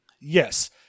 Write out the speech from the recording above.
Yes